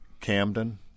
Camden